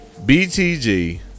btg